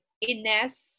Ines